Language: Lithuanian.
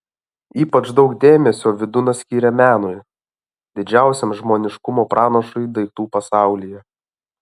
ypač daug dėmesio vydūnas skiria menui didžiausiam žmoniškumo pranašui daiktų pasaulyje